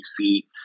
see